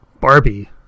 Barbie